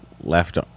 left